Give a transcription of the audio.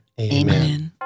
Amen